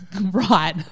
right